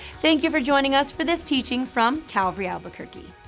thank you for joining us for this teaching from calvary albuquerque.